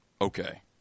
Okay